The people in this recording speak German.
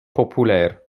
populär